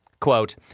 quote